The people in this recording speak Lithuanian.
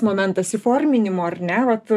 momentas įforminimo ar ne vat